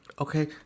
Okay